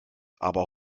aber